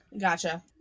Gotcha